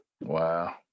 wow